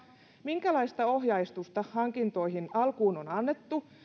minkälaista ohjeistusta hankintoihin on alkuun annettu